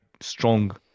strong